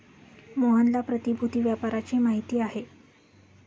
मोहनला प्रतिभूति व्यापाराची माहिती आहे